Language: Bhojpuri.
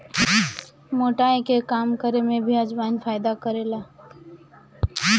मोटाई के कम करे में भी अजवाईन फायदा करेला